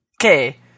Okay